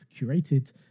curated